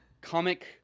comic